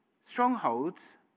strongholds